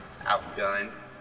outgunned